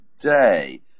day